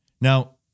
Now